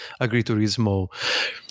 agriturismo